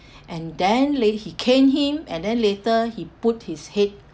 and then leh he cane him and then later he put his head